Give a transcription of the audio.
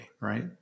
right